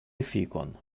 efikon